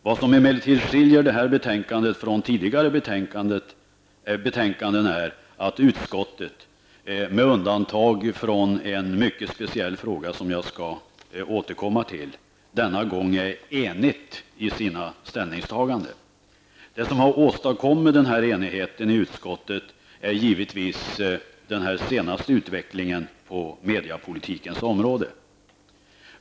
Vad som emellertid skiljer detta betänkande från tidigare betänkanden är att utskottet -- med undantag för en mycket speciell fråga, som jag skall återkomma till -- denna gång är enigt i sina ställningstaganden. Det som har åstadkommit denna enighet i utskottet är givetvis den senaste utvecklingen på mediepolitikens område.